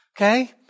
okay